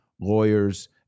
lawyers